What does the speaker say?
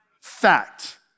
Fact